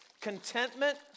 contentment